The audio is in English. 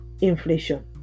inflation